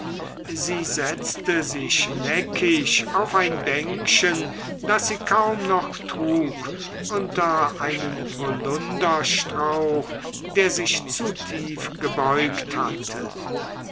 sie setzte sich neckisch auf ein bänkchen das sie kaum noch trug unter einen holunderstrauch der sich zu tief gebeugt hatte